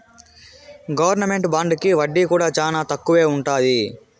government బాండుకి వడ్డీ కూడా చానా తక్కువే ఉంటది